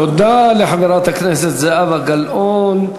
תודה לחברת הכנסת זהבה גלאון.